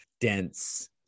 dense